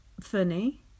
funny